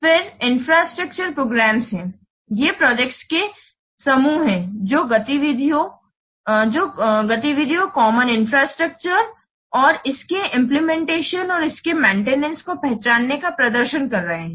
फिर infrastructure programs हैं ये प्रोजेक्ट्स के समूह हैं जो गतिविधियों कॉमन इंफ्रास्ट्रक्चर और इसके इम्प्लीमेंटेशन और इसके मेंटेनेंस को पहचानने का प्रदर्शन कर रहे हैं